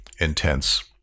intense